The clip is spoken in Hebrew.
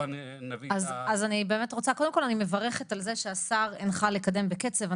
הקרובה נביא -- קודם כל אני מברכת על זה שהשר הנחה לקדם בקצב.